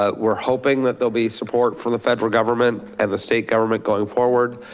ah we're hoping that there'll be support from the federal government and the state government going forward.